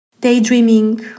Daydreaming